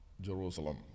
Jerusalem